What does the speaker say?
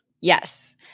Yes